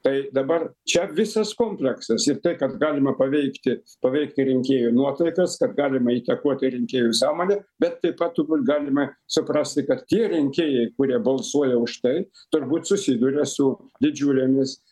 tai dabar čia visas kompleksas ir tai kad galima paveikti paveikti rinkėjų nuotaikas kad galima įtakoti rinkėjų sąmonę bet taip pat turbūt galima suprasti kad tie rinkėjai kurie balsuoja už tai turbūt susiduria su didžiulėmis